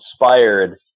inspired